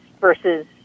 versus